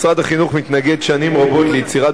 משרד החינוך מתנגד שנים רבות ליצירת